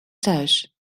thuis